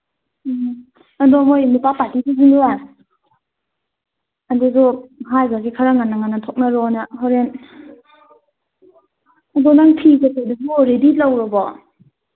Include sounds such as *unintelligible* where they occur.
ꯎꯝ ꯑꯗꯣ ꯃꯈꯣꯏ ꯅꯨꯄꯥ ꯄꯥꯔꯇꯤꯒꯤꯁꯨꯅꯦ ꯑꯗꯨꯁꯨ ꯍꯥꯏꯈ꯭ꯔꯁꯤ ꯈꯔ ꯉꯟꯅ ꯉꯟꯅ ꯊꯣꯛꯅꯔꯛꯑꯣꯅ ꯍꯧꯔꯦꯟ *unintelligible* ꯑꯗꯣ ꯅꯪ ꯐꯤ ꯀꯔꯤ ꯀꯔꯥꯗꯣ ꯑꯣꯜꯔꯦꯗꯤ ꯇꯧꯔꯕꯣ